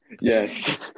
Yes